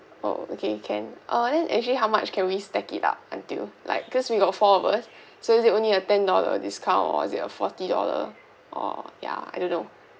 oh okay can ah then actually how much can we stack it up until like cause we got four of us so is it only a ten dollar discount or is it a forty dollar or ya I don't know